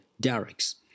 derricks